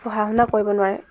পঢ়া শুনা কৰিব নোৱাৰে